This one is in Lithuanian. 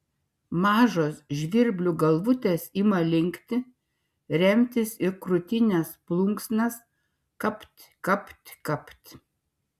mažos žvirblių galvutės ima linkti remtis į krūtinės plunksnas kapt kapt kapt